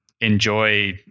enjoy